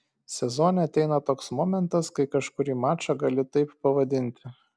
sezone ateina toks momentas kai kažkurį mačą gali taip pavadinti